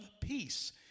Peace